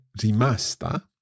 rimasta